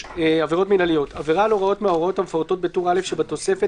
עבירות מינהליות 3. עבירה על הוראה מההוראות המפורטות בטור א' שבתוספת,